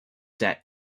set